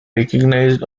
recognized